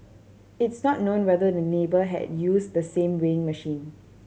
it's not known whether the neighbour had used the same weighing machine